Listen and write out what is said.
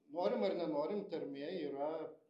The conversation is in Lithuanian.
norim ar nenorim tarmė yra